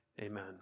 amen